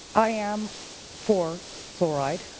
i am for fluoride.